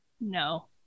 No